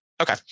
okay